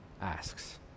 asks